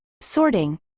sorting